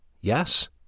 Yes